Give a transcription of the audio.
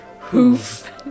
hoof